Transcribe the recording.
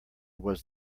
was